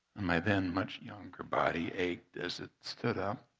and my then much younger body ached as it stood up,